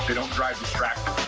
don't drive distracted.